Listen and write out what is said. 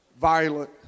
violent